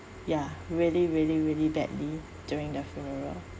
ya really really really badly during the funeral